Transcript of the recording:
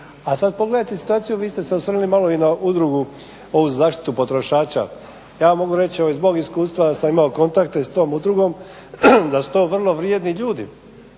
A sad pogledajte situaciju, vi ste osvrnuli malo i na Udrugu ovu za zaštitu potrošača. Ja vam mogu reći evo iz mog iskustva da sam imao kontakte s tom udrugom, da su to vrlo vrijedni ljudi,